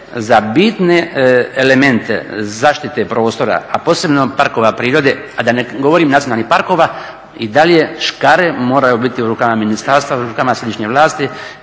za bitne elemente zaštite prostora, a posebno parkova prirode, a da ne govorim nacionalnih parkova i dalje škare moraju biti u rukama ministarstva, u rukama središnje vlasti